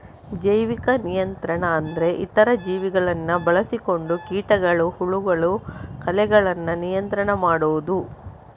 ಜೈವಿಕ ನಿಯಂತ್ರಣ ಅಂದ್ರೆ ಇತರ ಜೀವಿಗಳನ್ನ ಬಳಸಿಕೊಂಡು ಕೀಟಗಳು, ಹುಳಗಳು, ಕಳೆಗಳನ್ನ ನಿಯಂತ್ರಣ ಮಾಡುದು